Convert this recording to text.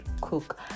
cook